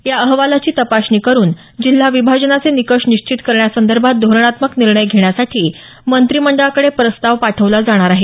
या अहवालाची तपासणी करून जिल्हा विभाजनाचे निकष निश्चित करण्यासंदर्भात धोरणात्मक निर्णय घेण्यासाठी मंत्रिमंडळाकडे प्रस्ताव पाठवला जाणार आहे